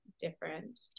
different